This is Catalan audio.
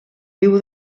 riu